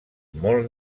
molt